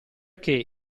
che